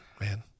man